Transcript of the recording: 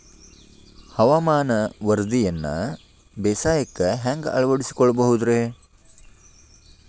ಹವಾಮಾನದ ವರದಿಯನ್ನ ಬೇಸಾಯಕ್ಕ ಹ್ಯಾಂಗ ಅಳವಡಿಸಿಕೊಳ್ಳಬಹುದು ರೇ?